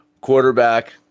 quarterback